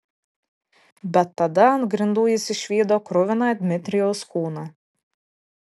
bet tada ant grindų jis išvydo kruviną dmitrijaus kūną